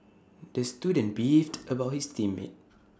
the student beefed about his teammate